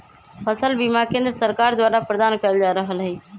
फसल बीमा केंद्र सरकार द्वारा प्रदान कएल जा रहल हइ